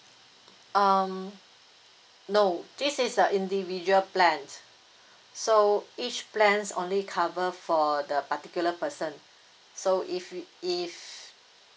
um no this is a individual plans so each plans only cover for the particular person so if you if